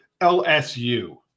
LSU